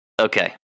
Okay